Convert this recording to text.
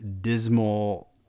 dismal